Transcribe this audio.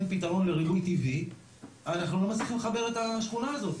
פתרון לריבוי טבעי - אנחנו לא מצליחים לחבר את השכונה הזאתי,